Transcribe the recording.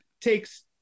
takes